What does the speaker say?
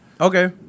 Okay